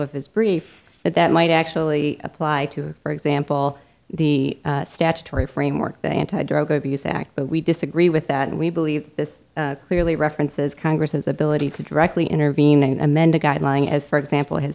of his brief but that might actually apply to for example the statutory framework the anti drug abuse act but we disagree with that and we believe this clearly references congress's ability to directly intervene amend a guideline as for example has